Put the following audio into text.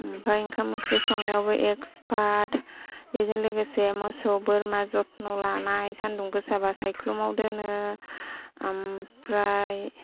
आमफ्राइ ओंखाम ओंख्रि संनायावबो इक्सपार्ट बेजों लोगोसे बोरमा मोसौ जत्न लानाय सानदुं गोसाबा सायख्लुमाव दोनो ओमफ्राइ